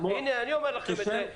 הנה, אני אומר לכם את זה.